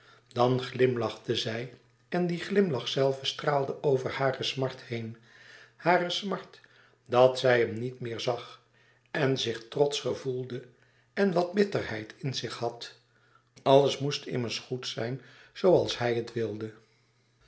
dan glimlachte zij en die glimlach zelve straalde over hare smart heen hare smart dat zij hem niet meer zag en zich trotsch gevoelde en wat bitterheid in zich had alles moest immers goed zijn zooals hij het wilde